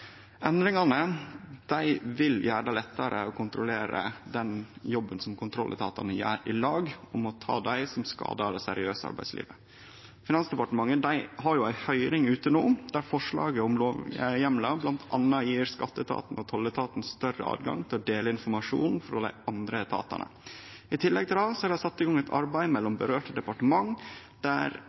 til dei andre etatane som deltek i a-krimsamarbeidet. Endringa vil gjere det lettare for kontrolletatane å jobbe i lag om å ta dei som skadar det seriøse arbeidslivet. Finansdepartementet har no på høyring eit forslag til lovheimlar som bl.a. skal gjere det lettare for skatteetaten og tolletaten å dele informasjon med dei andre etatane. I tillegg er det sett i gang eit arbeid mellom